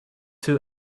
two